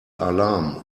alarm